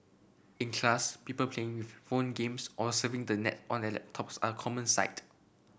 in class people playing with phone games or surfing the net on their laptops are a common sight